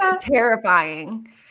terrifying